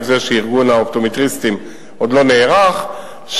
זה שארגון האופטומטריסטים עוד לא נערך,